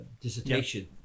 dissertation